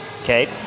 Okay